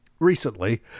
Recently